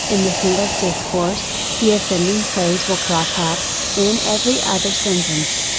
in the heat of discourse, the offending phrase will crop up, in every other sentence.